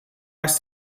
ask